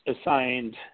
assigned